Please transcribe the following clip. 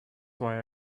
why